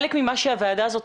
חלק ממה שהוועדה הזאת,